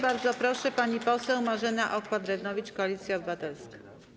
Bardzo proszę, pani poseł Marzena Okła-Drewnowicz, Koalicja Obywatelska.